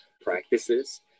practices